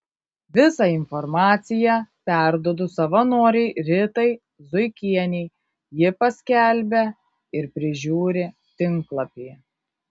visą informaciją perduodu savanorei ritai zuikienei ji paskelbia ir prižiūri tinklalapį